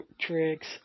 tricks